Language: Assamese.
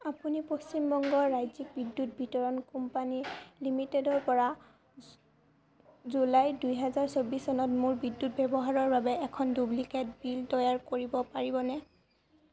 আপুনি পশ্চিম বংগ ৰাজ্যিক বিদ্যুৎ বিতৰণ কোম্পানী লিমিটেডৰপৰা জুলাই দুহেজাৰ চৌবিছ চনত মোৰ বিদ্যুৎ ব্যৱহাৰৰ বাবে এখন ডুপ্লিকেট বিল তৈয়াৰ কৰিব পাৰিবনে